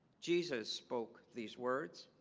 jesus spoke these words